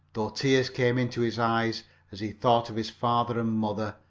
though tears came into his eyes as he thought of his father and mother,